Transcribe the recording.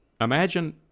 Imagine